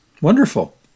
Wonderful